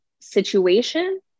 situation